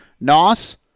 NOS